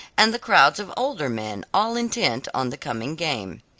and the crowds of older men, all intent on the coming game.